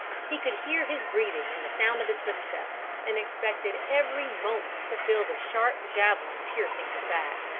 he could hear his breathing and the sound of his footsteps, and expected every moment to feel the sharp javelin piercing his back.